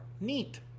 Neat